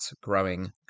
growing